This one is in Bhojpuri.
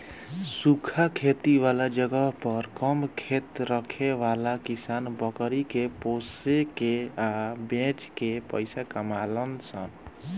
सूखा खेती वाला जगह पर कम खेत रखे वाला किसान बकरी के पोसे के आ बेच के पइसा कमालन सन